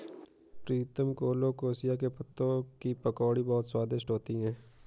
प्रीतम colocasia के पत्तों की पकौड़ी बहुत स्वादिष्ट होती है